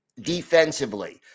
defensively